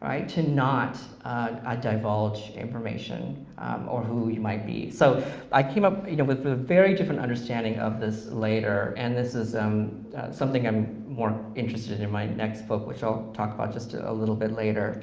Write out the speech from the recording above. right to not ah divulge information or who you might be, so i came up you know with a very different understanding of this later, and this is um something i'm more interested in in my next book, which i'll talk about just a little bit later.